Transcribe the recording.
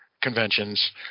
conventions